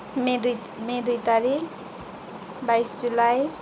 मे दुई मे दुई तारिख बाइस जुलाई